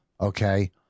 Okay